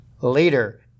later